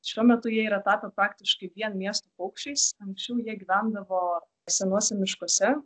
šiuo metu jie yra tapę praktiškai vien miesto paukščiais anksčiau jie gyvendavo senuose miškuose